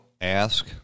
ask